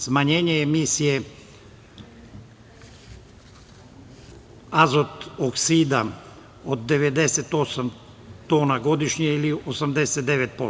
Smanjenje emisije azot-oksida od 98 tona godišnje ili 89%